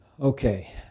okay